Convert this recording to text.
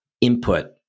input